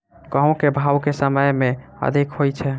गेंहूँ केँ भाउ केँ समय मे अधिक होइ छै?